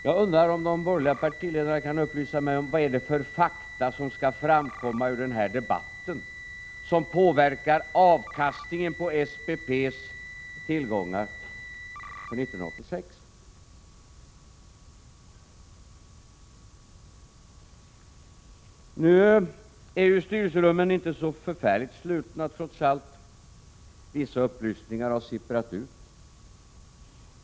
Jag undrar om de borgerliga partiledarna kan upplysa mig om vilka fakta som kan framkomma ur den här debatten som påverkar avkastningen på SPP:s tillgångar för 1986? Nu är ju styrelserummen inte så slutna trots allt. Vissa upplysningar har sipprat ut.